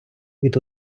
від